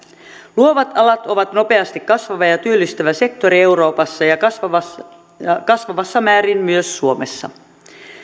luovat alat ovat nopeasti kasvava ja ja työllistävä sektori euroopassa ja kasvavassa ja kasvavassa määrin myös suomessa